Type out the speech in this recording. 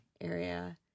Area